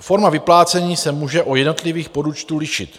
Forma vyplácení se může u jednotlivých podúčtů lišit.